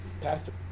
Pastor